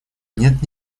нет